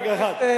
רגע אחד,